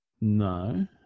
No